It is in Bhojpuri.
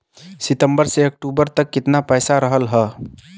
सितंबर से अक्टूबर तक कितना पैसा रहल ह?